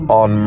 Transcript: on